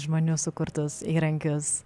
žmonių sukurtus įrankius